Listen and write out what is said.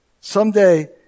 someday